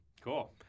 Cool